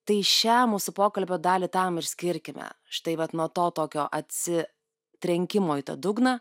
tai šią mūsų pokalbio dalį tam ir skirkime štai vat nuo to tokio atsitrenkimo į tą dugną